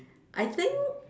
I think